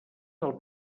del